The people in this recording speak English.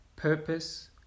Purpose